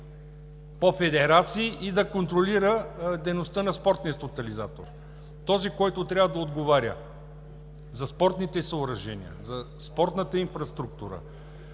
по федерации и да контролира дейността на Спортния тотализатор. Този, който трябва да отговаря за спортните съоръжения, за спортната инфраструктура,